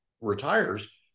retires